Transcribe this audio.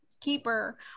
keeper